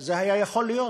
זה היה יכול להיות,